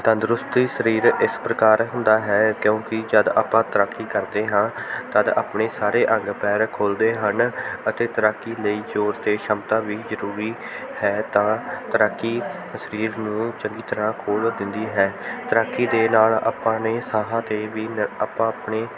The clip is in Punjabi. ਤੰਦਰੁਸਤ ਸਰੀਰ ਇਸ ਪ੍ਰਕਾਰ ਹੁੰਦਾ ਹੈ ਕਿਉਂਕਿ ਜਦ ਆਪਾਂ ਤੈਰਾਕੀ ਕਰਦੇ ਹਾਂ ਤਦ ਆਪਣੇ ਸਾਰੇ ਅੰਗ ਪੈਰ ਖੁੱਲ੍ਹਦੇ ਹਨ ਅਤੇ ਤੈਰਾਕੀ ਲਈ ਜ਼ੋਰ ਅਤੇ ਸ਼ਮਤਾ ਵੀ ਜ਼ਰੂਰੀ ਹੈ ਤਾਂ ਤੈਰਾਕੀ ਸਰੀਰ ਨੂੰ ਚੰਗੀ ਤਰ੍ਹਾਂ ਖੋਲ੍ਹ ਦਿੰਦੀ ਹੈ ਤੈਰਾਕੀ ਦੇ ਨਾਲ ਆਪਾਂ ਨੇ ਸਾਹਾਂ 'ਤੇ ਵੀ ਨਿ ਆਪਾਂ ਆਪਣੇ